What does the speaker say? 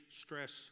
stress